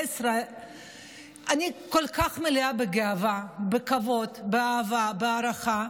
אני כל כך מלאה בגאווה, בכבוד, באהבה, בהערכה,